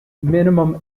minimum